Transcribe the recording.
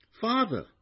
Father